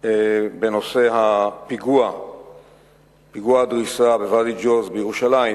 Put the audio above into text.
בנושא פיגוע הדריסה בוואדי-ג'וז בירושלים,